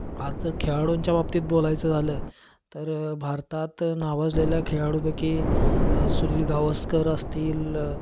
आज जर खेळाडूंच्या बाबतीत बोलायचं झालं तर भारतात नावाजलेल्या खेळाडूपैकी सुनील गावस्कर असतील